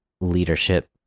leadership